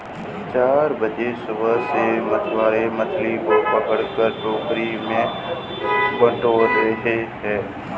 चार बजे सुबह से मछुआरे मछली पकड़कर उन्हें टोकरी में बटोर रहे हैं